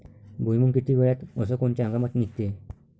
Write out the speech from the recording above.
भुईमुंग किती वेळात अस कोनच्या हंगामात निगते?